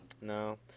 no